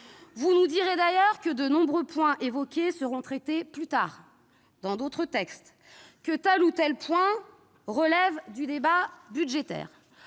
Vous nous direz d'ailleurs que de nombreux points évoqués seront traités plus tard, dans d'autres textes, que tel ou tel point relève du débat budgétaire.